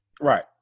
Right